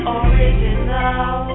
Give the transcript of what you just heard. original